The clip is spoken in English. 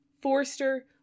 Forster